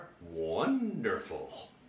wonderful